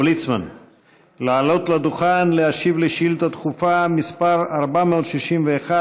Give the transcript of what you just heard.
ליצמן לעלות לדוכן להשיב על שאילתה דחופה מס' 461,